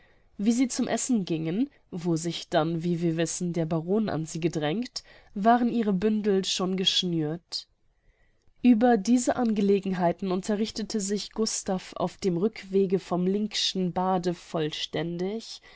wie sie zum essen gingen wo sich dann wie wir wissen der baron an sie gedrängt waren ihre bündel schon geschnürt ueber diese angelegenheiten unterrichtete sich gustav auf dem rückwege vom link'schen bade vollständig